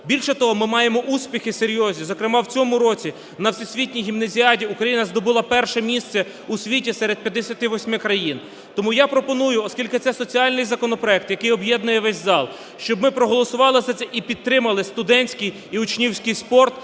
Більше того, ми маємо успіхи серйозні, зокрема в цьому році на Всесвітній гімназіаді Україна здобула перше місце у світі серед 58 країн. Тому я пропоную, оскільки це соціальний законопроект, який об'єднує весь зал, щоб ми проголосували за це і підтримали студентський і учнівський спорт